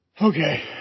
Okay